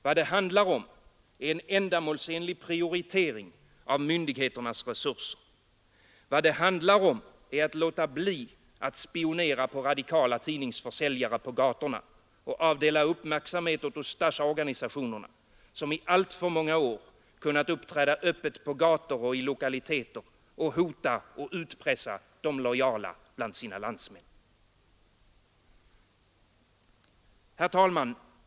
Vad det handlar om är en ändamålsenlig prioritering av myndigheternas resurser, att låta bli att spionera på radikala tidningsförsäljare på gatorna och att avdela uppmärksamhet åt Ustasja-organisationerna som i alltför många år kunnat uppträda öppet på gator och i lokaliteter och hota och utpressa de lojala bland sina landsmän. Herr talman!